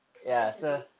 !wah! that's a good